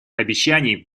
обещаний